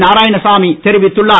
நாராயணசாமி தெரிவித்துள்ளார்